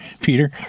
Peter